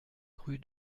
rue